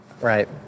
right